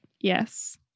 Yes